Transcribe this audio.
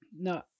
no